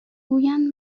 گویند